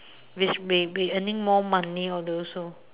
which may be earning more money all those also